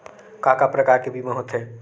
का का प्रकार के बीमा होथे?